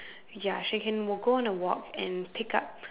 ya she can w~ go on a walk and pick up